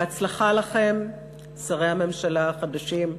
בהצלחה לכם, שרי הממשלה החדשים,